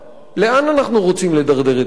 לאן אנחנו רוצים לדרדר את המצב?